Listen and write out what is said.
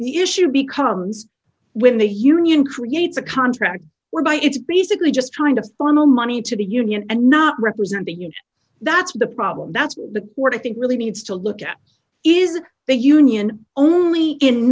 the issue becomes when the union creates a contract where by it's basically just trying to funnel money to the union and not represent the union that's the problem that's the word i think really needs to look at is that the union only in